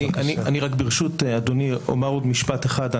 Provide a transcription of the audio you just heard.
ברשות אדוני, אומר עוד משפט אחד.